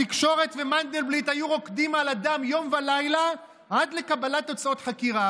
התקשורת ומנדלבליט היו רוקדים על הדם יום ולילה עד לקבלת תוצאות חקירה,